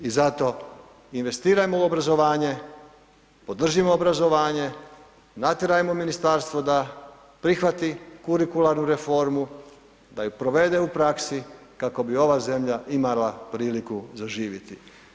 I zato investirajmo u obrazovanje, podržimo obrazovanje, natjerajmo ministarstvu da prihvati kurikularnu reformu, da ju provede u praksi, kako bi ova zemlja imala priliku zaživjeti.